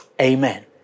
Amen